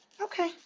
Okay